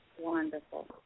Wonderful